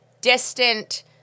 distant